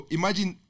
Imagine